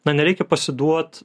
na nereikia pasiduot